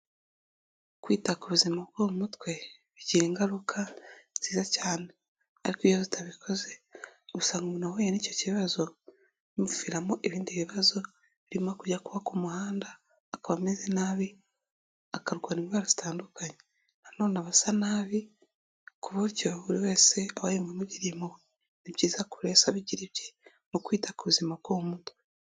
Kwita ku buzima bwo mu mutwe bigira ingaruka nziza cyane ariko iyo utabikoze usanga umuntu wahuye n'icyo kibazo bimuviramo ibindi bibazo birimo kujya kuba ku muhanda akaba ameze nabi, akarwara indwara zitandukanye, nanone abasa nabi ku buryo buri wese aba yumva amugiriye impuhwe, ni byiza ko buri wese abigira ibye mu kwita ku buzima bwo mu mutwe.